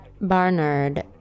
Barnard